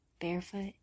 Barefoot